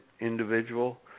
individual